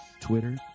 Twitter